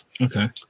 Okay